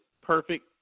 perfect